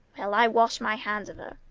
well, i wash my hands of her.